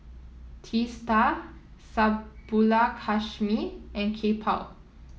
Teesta Subbulakshmi and Kapil